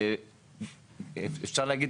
אפשר להגיד,